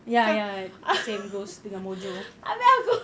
abeh aku